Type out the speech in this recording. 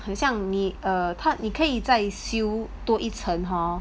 很像你 err 他你可以在修多一层 hor